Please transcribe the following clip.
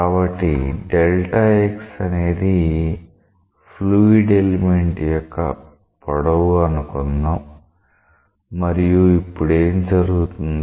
కాబట్టి x అనేది fluid element యొక్క పొడవు అనుకుందాం మరియు ఇప్పుడు ఏం జరుగుతుంది